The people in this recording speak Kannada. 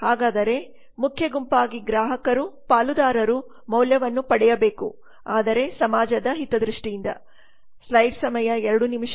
ಹಾಗಾದರೆ ಮುಖ್ಯ ಗುಂಪಾಗಿ ಗ್ರಾಹಕರು ಪಾಲುದಾರರು ಮೌಲ್ಯವನ್ನು ಪಡೆಯಬೇಕು ಆದರೆ ಸಮಾಜದ ಹಿತದೃಷ್ಟಿಯಿಂದ